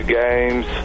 games